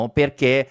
perché